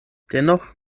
dennoch